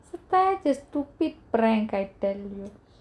such a stupid prank I tell you